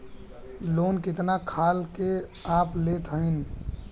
Loan कितना खाल के आप लेत हईन?